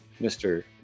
Mr